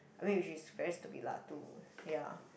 I mean which is very stupid lah to ya